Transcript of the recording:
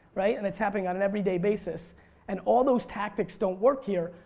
right? and it's happening on an everyday basis and all those tactics don't work here,